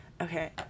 Okay